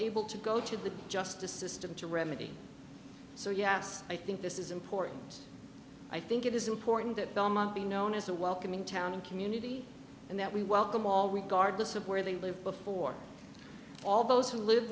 able to go to the justice system to remedy so yes i think this is important i think it is important that belmont be known as a welcoming town and community and that we welcome all we gardeners of where they live before all those who live